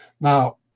Now